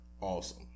awesome